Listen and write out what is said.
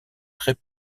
très